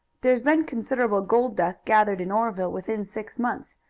there's been considerable gold-dust gathered in oreville within six months.